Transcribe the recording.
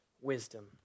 wisdom